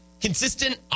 Consistent